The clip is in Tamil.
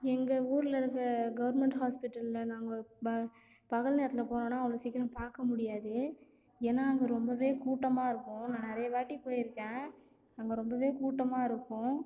எங்கள் ஊரில் இருக்க கவர்மெண்ட் ஹாஸ்பிட்டல்ல நாங்கள் ப பகல் நேரத்தில் போனோம்னால் அவ்வளோ சீக்கிரம் பார்க்க முடியாது ஏன்னா அங்கே ரொம்பவே கூட்டமாயிருக்கும் நான் நிறைய வாட்டி பேயிருக்கேன் அங்கே ரொம்பவே கூட்டமாயிருக்கும்